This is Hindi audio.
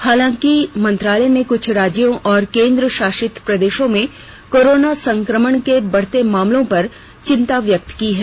हालांकि मंत्रालय ने कृछ राज्यों और केंद्रशासित प्रदेशों में कोरोना संक्रमण के बढते मामलों पर चिंता व्यक्त की है